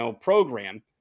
program